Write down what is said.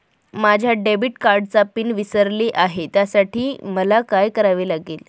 माझ्या डेबिट कार्डचा पिन विसरले आहे त्यासाठी मला काय करावे लागेल?